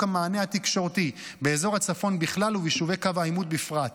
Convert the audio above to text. המענה התקשורתי באזור הצפון בכלל וביישובי קו העימות בפרט.